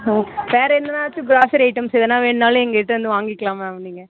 ஆ வேறு ஏதனாச்சும் grocery items எதனா வேணும்னாலும் எங்கள்கிட்ட வந்து வாங்கிக்கலாம் மேம் நீங்கள்